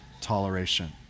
toleration